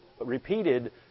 repeated